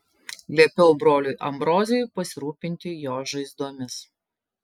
liepiau broliui ambrozijui pasirūpinti jo žaizdomis